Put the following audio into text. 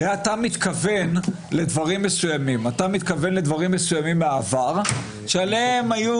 הרי אתה מתכוון לדברים מסוימים מהעבר, שעליהם היו